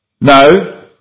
No